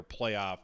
playoff